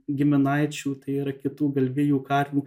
giminaičių tai yra kitų galvijų karvių